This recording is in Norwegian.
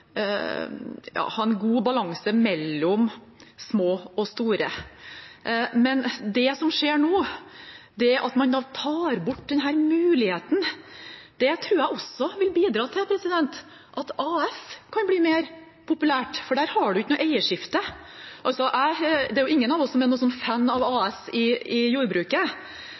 ha en god balanse mellom små og store, men det som skjer nå, at man tar bort denne muligheten, tror jeg også vil bidra til at AS kan bli mer populært, for der har man ikke noe eierskifte. Det er ingen av oss som er fan av AS i jordbruket,